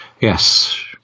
yes